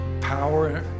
Power